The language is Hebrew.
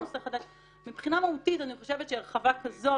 מבחינה מהותית אני חושבת שהרחבה כזאת,